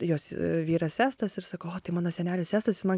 jos vyras estas ir sakauo tai mano senelis estas jis man